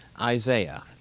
Isaiah